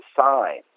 sign